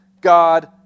God